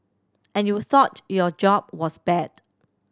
and you thought your job was bad